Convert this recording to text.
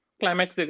climax